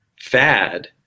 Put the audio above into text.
fad